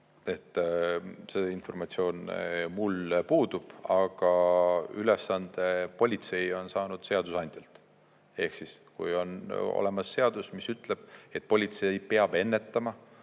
See informatsioon mul puudub. Aga politsei on ülesande saanud seadusandjalt. Kui on olemas seadus, mis ütleb, et politsei peab ennetama